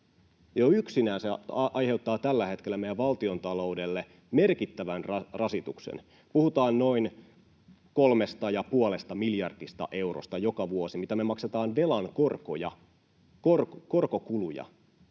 yksinään se aiheuttaa tällä hetkellä meidän valtiontaloudelle merkittävän rasituksen. Puhutaan noin kolmesta ja puolesta miljardista eurosta joka vuosi, mitä me maksetaan velan korkoja,